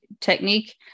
technique